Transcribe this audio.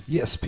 Yes